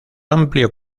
amplio